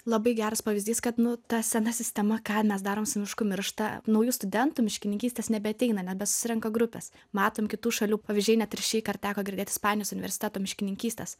labai geras pavyzdys kad nu ta sena sistema ką mes darom su mišku miršta naujų studentų miškininkystės nebeateina nebesusirenka grupės matom kitų šalių pavyzdžiai net ir šįkart teko girdėt ispanijos universiteto miškininkystės